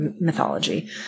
mythology